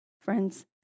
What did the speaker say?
Friends